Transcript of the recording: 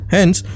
Hence